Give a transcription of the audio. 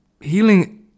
healing